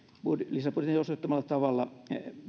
lisäbudjetin osoittamalla tavalla